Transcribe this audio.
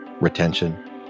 Retention